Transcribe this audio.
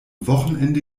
wochenende